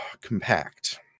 compact